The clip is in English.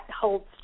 holds